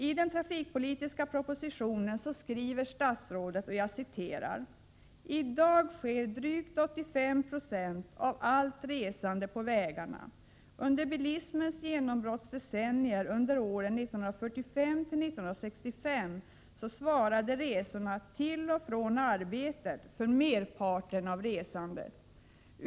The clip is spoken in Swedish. I den trafikpolitiska propositionen skriver statsrådet: ”I dag sker drygt 85 96 av allt resande på vägarna. Under bilismens genombrottsdecennier, under åren 1945-1965, svarade resorna till och från arbetet för merparten av resandet.